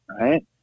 right